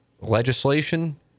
legislation